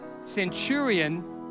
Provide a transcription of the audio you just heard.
centurion